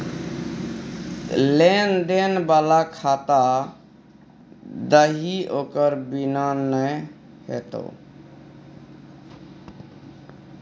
लेन देन बला खाता दही ओकर बिना नै हेतौ